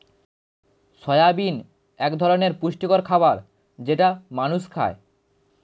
soybean এক ধরনের পুষ্টিকর খাবার যেটা মানুষ খায়